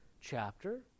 chapter